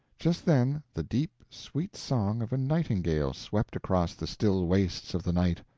just then the deep, sweet song of a nightingale swept across the still wastes of the night.